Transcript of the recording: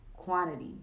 quantity